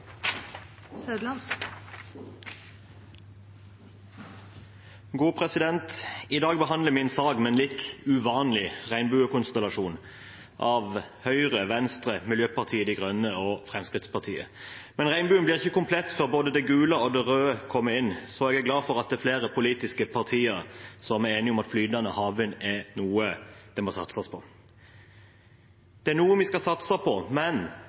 I dag behandler vi en sak med en litt uvanlig regnbuekonstellasjon, av Høyre, Venstre, Miljøpartiet De Grønne og Fremskrittspartiet. Men regnbuen blir ikke komplett før både det gule og det røde kommer inn, så jeg er glad for at det er flere politiske partier som er enige om at flytende havvind er noe det må satses på. Det er noe vi skal satse på, men